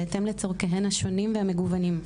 בהתאם לצורכיהן השונים והמגוונים.